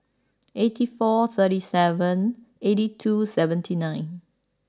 eighty four thirty seven eighty two seventy nine